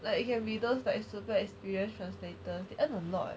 like it can be those like super experienced translators they earn a lot